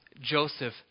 Joseph